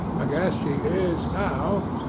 i guess she is now,